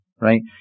Right